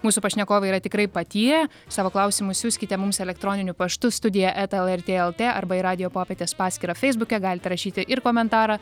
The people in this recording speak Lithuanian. mūsų pašnekovai yra tikrai patyrę savo klausimus siųskite mums elektroniniu paštu studija eta lrt lt arba į radijo popietės paskyrą feisbuke galite rašyti ir komentarą